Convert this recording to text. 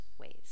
ways